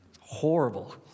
Horrible